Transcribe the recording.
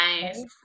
Nice